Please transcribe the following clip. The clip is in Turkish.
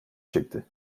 çekti